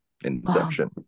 Inception